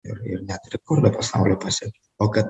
ir ir net rekordą pasaulio pasiekė o kad